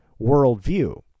worldview